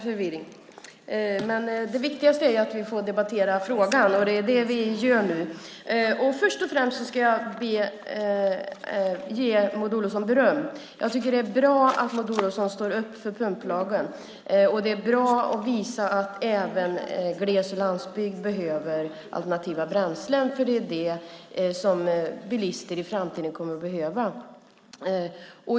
Fru talman! Först och främst ska jag ge Maud Olofsson beröm. Jag tycker att det är bra att Maud Olofsson står upp för pumplagen. Det är bra att visa att även gles och landsbygd behöver alternativa bränslen. Det är det som bilister i framtiden kommer att behöva.